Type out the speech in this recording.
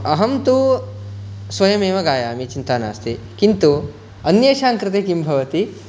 अहं तु स्वयमेव गायामि चिन्ता नास्ति किन्तु अन्येषाङ्कृते किं भवति